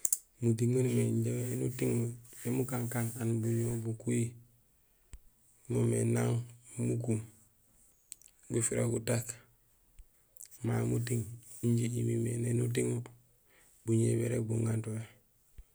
Muting maan umimé éni uting mo, inja mukankaan aan buyégéhol bukuhi moomé nang mukum, gufira gutak ma muting injé imimé éni uting mo buñoowi bérég buŋantoyé.